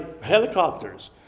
helicopters